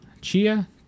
Chia